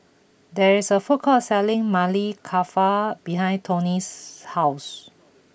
there is a food court selling Maili Kofta behind Toni's house